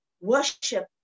worship